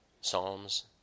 psalms